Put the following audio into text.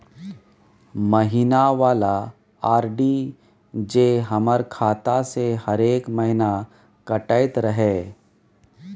महीना वाला आर.डी जे हमर खाता से हरेक महीना कटैत रहे?